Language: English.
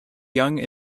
young